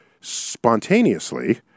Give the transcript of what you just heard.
spontaneously